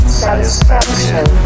satisfaction